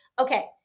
Okay